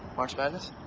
march madness?